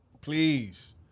Please